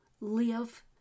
live